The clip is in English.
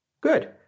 Good